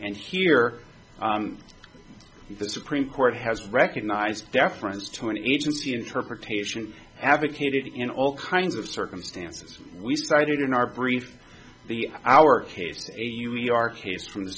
and here the supreme court has recognized deference to an agency interpretation advocated in all kinds of circumstances we started in our brief the our case our case from the